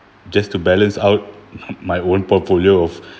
just to balance out my own portfolio of